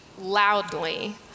loudly